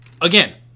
again